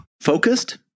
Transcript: focused